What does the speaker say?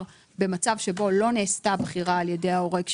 במקרה שבו לא נעשתה בחירה על ידי ההורה.